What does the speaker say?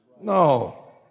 no